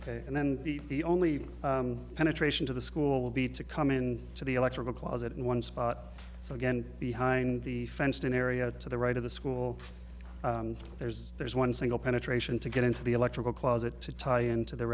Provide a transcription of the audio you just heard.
ok and then the the only penetration to the school would be to come in to the electrical closet in one spot so again behind the fenced in area to the right of the school there's there's one single penetration to get into the electrical closet to tie into the